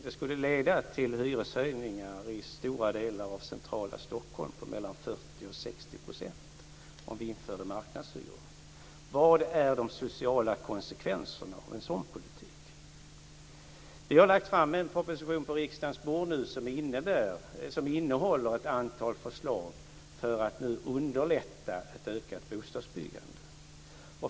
Det skulle leda till hyreshöjningar i stora delar av centrala Stockholm på 40-60 % om vi införde marknadshyror. Jag tycker att man ska reflektera över det. Vilka är de sociala konsekvenserna av en sådan politik? Regeringen har lagt fram en proposition på riksdagens bord som innehåller ett antal förslag för att underlätta ett ökat bostadsbyggande.